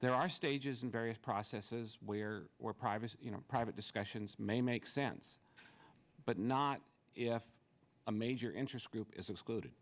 there are stages in various processes where private private discussions may make sense but not if a major interest group is excluded